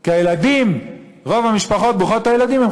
כי אצלנו רק לבני משפחה קוראים קריאות ביניים.